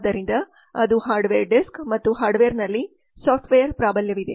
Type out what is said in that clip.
ಆದ್ದರಿಂದ ಅದು hardware disk ಮತ್ತು ಹಾರ್ಡ್ವೇರ್ನಲ್ಲಿ ಸಾಫ್ಟ್ವೇರ್ ಪ್ರಾಬಲ್ಯವಿದೆ